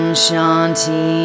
Shanti